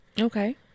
Okay